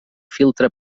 filtre